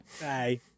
Hey